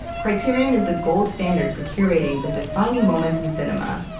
criterion is the gold standard for curating the defining moments in cinema.